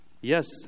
Yes